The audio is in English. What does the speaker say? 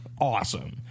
awesome